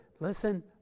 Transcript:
Listen